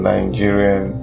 Nigerian